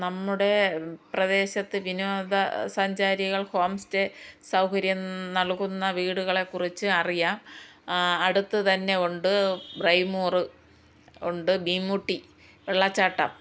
നമ്മുടെ പ്രദേശത്ത് വിനോദസഞ്ചാരികൾ ഹോം സ്റ്റേ സൗകര്യം നൽകുന്ന വീടുകളെക്കുറിച്ച് അറിയാം അടുത്ത് തന്നെ ഉണ്ട് ബ്രൈമൂറ് ഉണ്ട് മീൻമുട്ടി വെള്ളച്ചാട്ടം